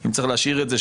אם צריך להשאיר את זה,